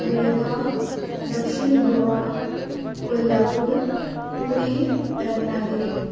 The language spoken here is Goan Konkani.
बेळगांव दक्षीण गोवा कोल्हापूर पूणे रत्नागिरी